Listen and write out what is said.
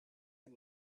had